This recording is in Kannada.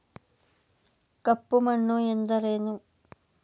ಕಪ್ಪು ಮಣ್ಣು ಎಂದರೇನು?